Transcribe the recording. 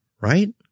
right